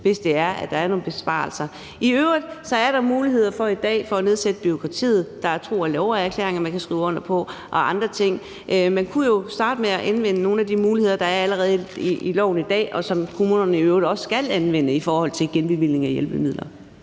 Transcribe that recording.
hvis det er, at der er nogle besparelser. I øvrigt er der i dag muligheder for nedbringe bureaukratiet; der er tro og love-erklæringer, man kan skrive under på, og andre ting. Man kunne jo starte med at anvende nogle af de muligheder, der allerede er i loven i dag, og som kommunerne jo i øvrigt også skal anvende i forhold til genbevilling af hjælpemidler.